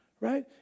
right